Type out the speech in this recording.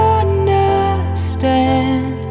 understand